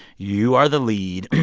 you are the lead.